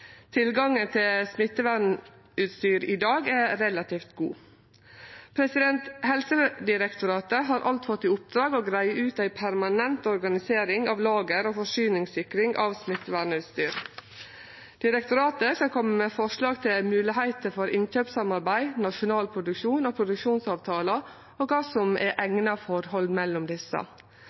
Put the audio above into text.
Tilgangen til smittevernutstyr i dag er relativt god. Helsedirektoratet har alt fått i oppdrag å greie ut ei permanent organisering av lager og forsyningssikring av smittevernutstyr. Direktoratet skal kome med forslag til mogelegheit for innkjøpssamarbeid, nasjonal produksjon og produksjonsavtaler og kva som er eigna forhold mellom desse.